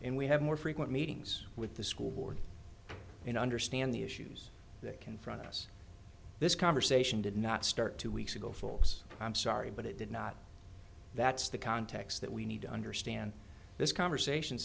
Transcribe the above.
and we have more frequent meetings with the school board in understand the issues that confront us this conversation did not start two weeks ago folks i'm sorry but it did not that's the context that we need to understand this conversation